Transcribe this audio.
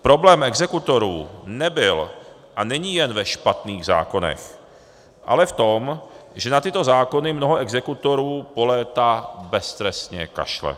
Problém exekutorů nebyl a není jen ve špatných zákonech, ale v tom, že na tyto zákony mnoho exekutorů po léta beztrestně kašle.